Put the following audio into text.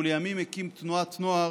ולימים הקים תנועת נוער